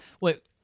wait